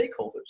stakeholders